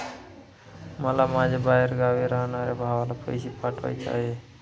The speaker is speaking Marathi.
मला माझ्या बाहेरगावी राहणाऱ्या भावाला पैसे पाठवायचे आहे